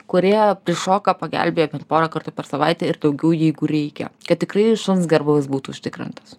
kurie prišoka pagelbėja bent pora kartų per savaitę ir daugiau jeigu reikia kad tikrai šuns garbūvis būtų užtikrintas